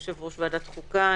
יושב-ראש ועדת החוקה.